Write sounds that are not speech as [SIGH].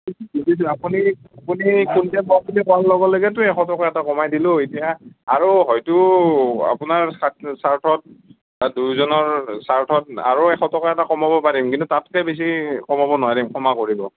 [UNINTELLIGIBLE] আপুনি আপুনি কুইণ্টল লম বুলি কোৱাৰ লগে লগেতো এশ টকা এটা কমাই দিলোঁ এতিয়া আৰু হয়তো আপোনাৰ স্বাৰ্থত দুয়োজনৰ স্বাৰ্থত আৰু এশ টকা এটা কমাব পাৰিম কিন্তু তাতকৈ বেছি কমাব নোৱাৰিম ক্ষমা কৰিব